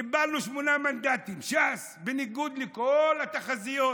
קיבלנו שמונה מנדטים, ש"ס, בניגוד לכל התחזיות.